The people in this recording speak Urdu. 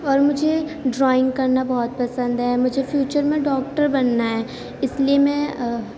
اور مجھے ڈرائنگ کرنا بہت پسند ہے مجھے فیوچر میں ڈاکٹر بننا ہے اس لئے میں